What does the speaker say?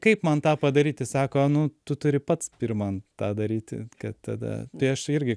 kaip man tą padaryti sako nu tu turi pats pirma tą daryti kad tada tai aš irgi